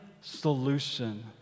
solution